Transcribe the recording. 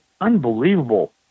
unbelievable